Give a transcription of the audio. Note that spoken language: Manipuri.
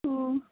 ꯑꯣ